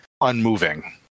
unmoving